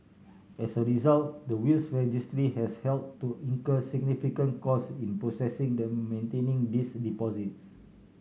as a result the Wills Registry has had to incur significant costs in processing the maintaining these deposits